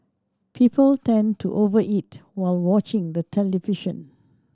people tend to over eat while watching the television